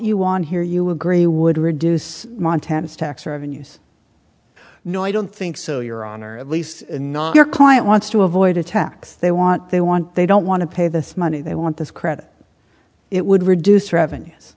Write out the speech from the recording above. you want here you agree would reduce montana's tax revenues no i don't think so your honor at least not your client wants to avoid a tax they want they want they don't want to pay this money they want this credit it would reduce revenues